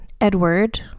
Edward